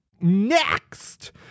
Next